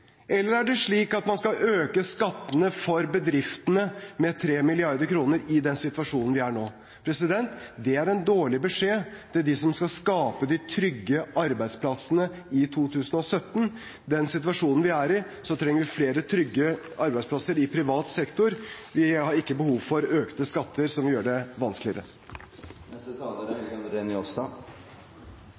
eller skal man øke skattene for bedriftene med 3 mrd. kr i den situasjonen vi er i nå? Det er en dårlig beskjed til dem som skal skape de trygge arbeidsplassene i 2017. I den situasjonen vi er i, trenger vi flere trygge arbeidsplasser i privat sektor. Vi har ikke behov for økte skatter som gjør det vanskeligere.